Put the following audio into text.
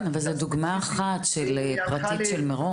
זו דוגמה אחת פרטית של מירום.